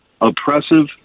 oppressive